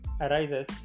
arises